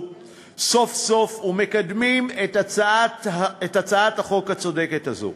סוף-סוף ומקדמים את הצעת החוק הצודקת הזאת.